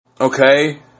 Okay